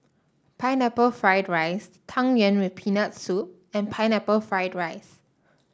Pineapple Fried Rice Tang Yuen with Peanut Soup and Pineapple Fried Rice